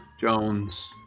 jones